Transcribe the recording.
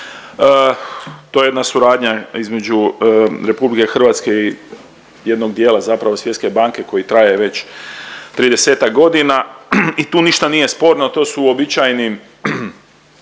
To je jedna suradnja između RH i jednog dijela, zapravo Svjetske banke koji traje već 30-ak godina i tu ništa nije sporno, to su uobičajeni,